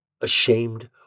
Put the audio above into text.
Ashamed